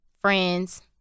friends